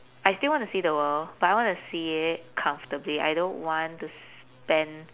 I still want to see the world but I want to see it comfortably I don't want to spend